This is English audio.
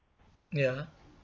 ya